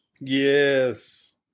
Yes